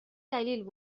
دلیل